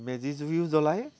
মেজি জুয়ো জ্বলায়